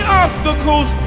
obstacles